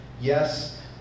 Yes